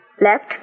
Left